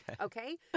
Okay